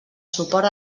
suport